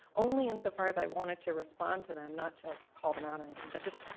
only insofar as i wanted to respond to them not to call them out or anything but just,